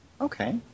Okay